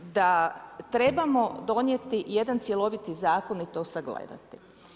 Da trebamo donijeti jedan cjeloviti zakon i to sagledati.